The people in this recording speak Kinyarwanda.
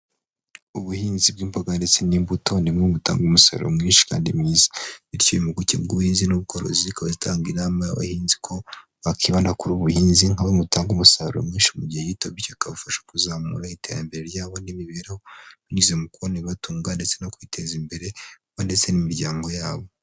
Ubuhinzi bw'imboga ndetse n'imbuto ni bumwe mu butanga umusaruro mwinshi kandi mwiza. Bityo impuguke mu by'ubuhinzi n'ubworozi zikaba zitanga inama y'abahinzi ko bakibana kuri ubu buhinzi nka bumwe butanga umusaruro mwinshi mu gihe gito bikabafasha kuzamura iterambere ryabo n'imibereho binyuze mu kubana ibibatunga ndetse no kwiteza imbere bo ndetse n'imiryango yabo.